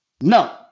No